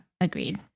Agreed